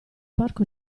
parco